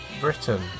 Britain